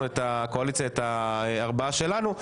אנחנו, הקואליציה את הארבעה שלנו.